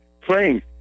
playing